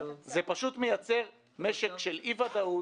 זה פשוט מייצג משק של אי-ודאות,